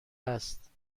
است